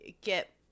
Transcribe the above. get